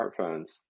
smartphones